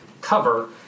cover